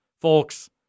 folks